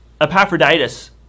Epaphroditus